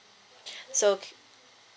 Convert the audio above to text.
so